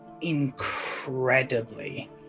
incredibly